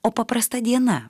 o paprasta diena